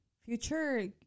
future